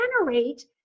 generate